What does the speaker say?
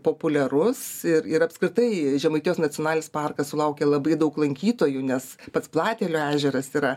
populiarus ir ir apskritai žemaitijos nacionalinis parkas sulaukia labai daug lankytojų nes pats platelių ežeras yra